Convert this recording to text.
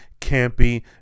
campy